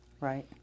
Right